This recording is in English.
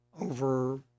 over